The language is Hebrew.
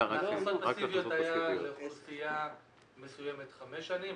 היה לאוכלוסייה מסוימת חמש שנים,